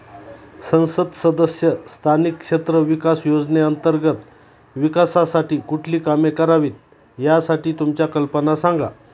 संसद सदस्य स्थानिक क्षेत्र विकास योजने अंतर्गत विकासासाठी कुठली कामे करावीत, यासाठी तुमच्या कल्पना सांगा